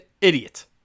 idiot